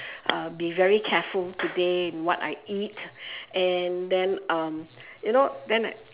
uh be very careful today in what I eat and then um you know then I